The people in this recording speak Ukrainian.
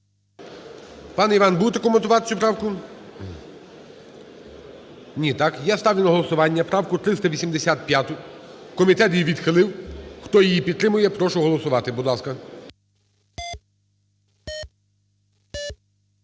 Пане Іван, будете коментувати цю правку? Ні, так? Я ставлю на голосування правку 385. Комітет її відхилив. Хто її підтримує, прошу голосувати. Будь ласка.